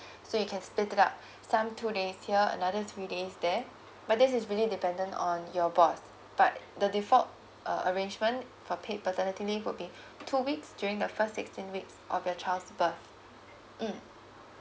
so you can split it up some two days here another three days there but this is really dependent on your boss but the default uh arrangement for paid paternity leaves would be two weeks during the first sixteen weeks of your child's birth mm